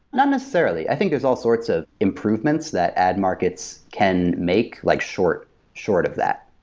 not necessarily. i think there're all sorts of improvements that ad markets can make like short short of that.